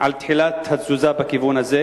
על תחילת התזוזה בכיוון הזה?